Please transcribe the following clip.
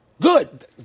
Good